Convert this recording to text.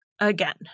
again